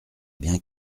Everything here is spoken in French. bien